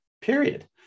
period